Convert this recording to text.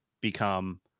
become